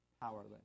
powerless